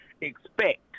expect